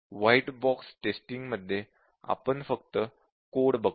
white box टेस्टींगमध्ये आपण फक्त कोड बघतो